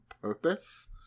purpose